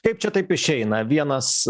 kaip čia taip išeina vienas